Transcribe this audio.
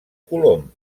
colom